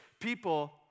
people